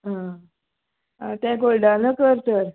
आं तें गोल्डन कर तर